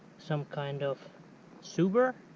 some kind of sewer?